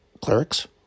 Clerics